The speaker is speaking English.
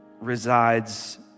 resides